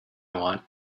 want